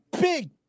big